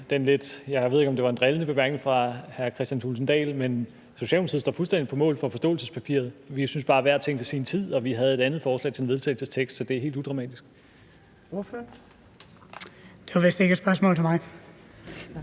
den lidt, jeg ved ikke, om det var en drillende bemærkning fra hr. Kristian Thulesen Dahl. Socialdemokratiet står fuldstændig på mål for forståelsespapiret. Vi siger bare: Hver ting til sin tid. Og vi havde et andet forslag til et forslag til vedtagelse, så det er helt udramatisk. Kl. 15:21 Fjerde næstformand